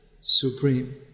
supreme